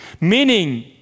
Meaning